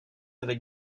avec